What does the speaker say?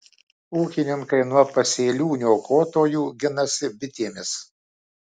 ūkininkai nuo pasėlių niokotojų ginasi bitėmis